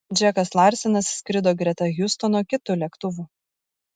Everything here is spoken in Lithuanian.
džekas larsenas skrido greta hiustono kitu lėktuvu